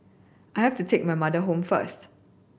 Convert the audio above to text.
I have to take my mother home first